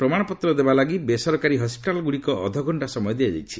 ପ୍ରମାଣପତ୍ର ଦେବାଲାଗି ବେସରକାରୀ ହସ୍କିଟାଲ ଗୁଡ଼ିକ ଅଧଘକ୍ଷା ସମୟ ଦିଆଯାଇଛି